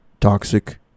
toxic